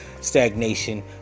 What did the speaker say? stagnation